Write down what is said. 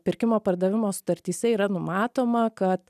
pirkimo pardavimo sutartyse yra numatoma kad